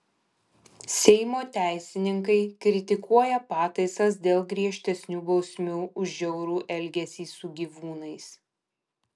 seimo teisininkai kritikuoja pataisas dėl griežtesnių bausmių už žiaurų elgesį su gyvūnais